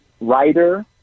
writer